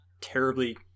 terribly